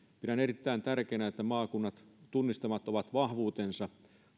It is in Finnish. pidän erittäin tärkeänä että maakunnat tunnistavat omat vahvuutensa